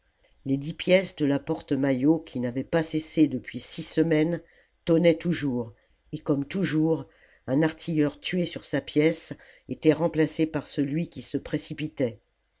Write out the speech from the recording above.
le dix pièces de la porte maillot qui n'avaient pas cessé depuis six semaines tonnaient toujours et comme toujours un artilleur tué sur sa pièce était remplacé par celui qui se précipitait